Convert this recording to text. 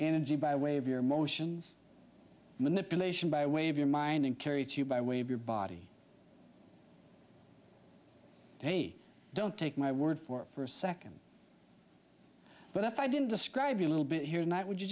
energy by way of your emotions manipulation by way of your mind and carries you by way of your body he don't take my word for it for a second but if i didn't describe you a little bit here tonight would you